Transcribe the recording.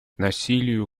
насилию